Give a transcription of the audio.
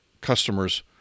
customers